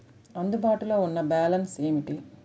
అందుబాటులో ఉన్న బ్యాలన్స్ ఏమిటీ?